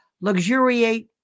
luxuriate